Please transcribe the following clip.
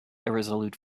irresolute